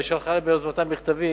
ושלחה ביוזמתה מכתבים,